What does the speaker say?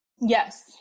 Yes